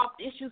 issues